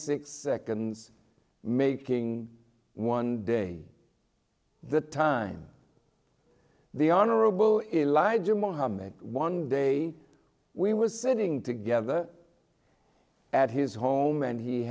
six seconds making one day the time the honorable is a lie jim mohamed one day we were sitting together at his home and he